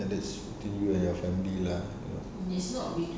and that's to you and your family lah you know